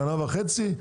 שנה וחצי.